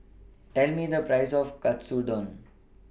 Tell Me The Price of Katsudon